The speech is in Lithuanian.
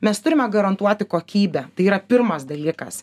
mes turime garantuoti kokybę tai yra pirmas dalykas